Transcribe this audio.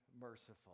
merciful